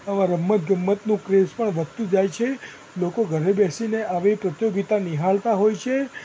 આવા રમત ગમતનો ક્રેઝ પણ વધતું જાય છે લોકો ઘરે બેસીને આવી પ્રતિયોગિતા નિહાળતા હોય છે